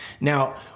Now